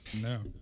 no